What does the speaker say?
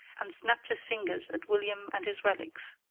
and snapped his fingers at william and his relics.